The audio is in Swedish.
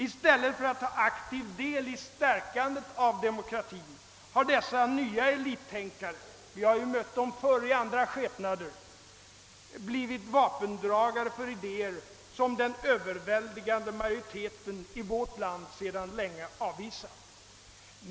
I stället för att ta aktiv del i ställningstaganden och i demokratin har dessa nya elittänkare — vi har mött dem tidigare i andra skepnader — blivit vapendragare för idéer som den överväldigande majoriteten i vårt land sedan länge har avvisat.